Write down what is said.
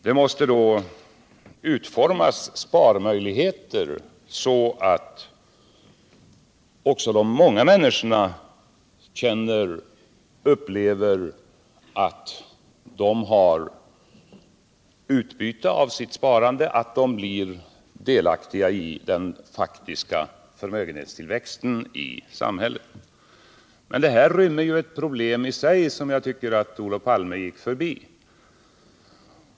Det måste då utformas sådana sparmöjligheter att också de många människorna känner och upplever att de har utbyte av sitt sparande, att de blir delaktiga i den faktiska förmögenhetstillväxten i samhället. Men det här rymmer ett problem som jag tycker att Olof Palme gick förbi.